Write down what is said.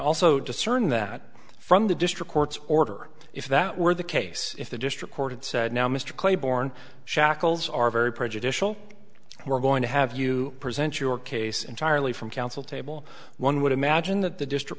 also discern that from the district court's order if that were the case if the district court had said now mr claiborne shackles are very prejudicial we're going to have you present your case entirely from counsel table one would imagine that the district